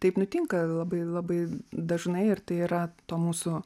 taip nutinka labai labai dažnai ir tai yra to mūsų